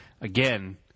again